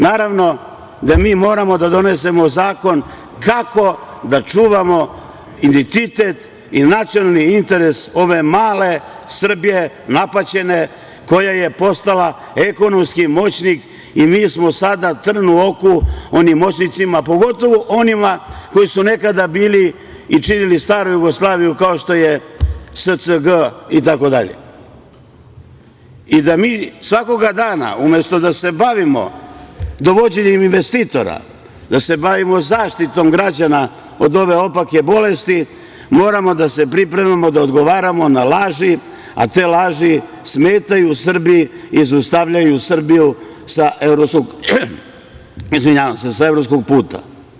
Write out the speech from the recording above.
Naravno da mi moramo da donesemo zakon kako da čuvamo identitet i nacionalni interes ove male Srbije, napaćene, koja je postala ekonomski moćnik i mi smo sada trn u oku onim moćnicima, pogotovo onima koji su nekada bili i činili staru Jugoslaviju, kao što je SCG itd, i da se mi svakog dana, umesto da se bavimo dovođenjem investitora, bavimo zaštitom građana od ove opake bolesti moramo da se pripremamo da odgovaramo na laži, a te laži smetaju Srbiji i izostavljaju Srbiju sa evropskog puta.